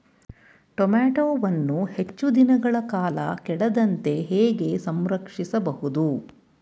ಟೋಮ್ಯಾಟೋವನ್ನು ಹೆಚ್ಚು ದಿನಗಳ ಕಾಲ ಕೆಡದಂತೆ ಹೇಗೆ ಸಂರಕ್ಷಿಸಬಹುದು?